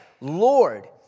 Lord